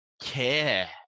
care